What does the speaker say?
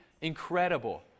incredible